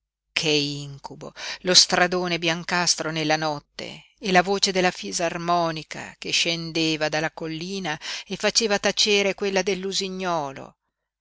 che incubo lo stradone biancastro nella notte e la voce della fisarmonica che scendeva dalla collina e faceva tacere quella